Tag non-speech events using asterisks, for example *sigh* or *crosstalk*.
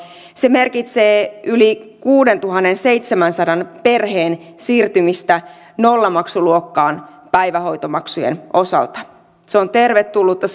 se merkitsee yli kuuteentuhanteenseitsemäänsataan perheen siirtymistä nollamaksuluokkaan päivähoitomaksujen osalta se on tervetullutta *unintelligible*